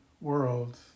world